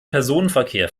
personenverkehr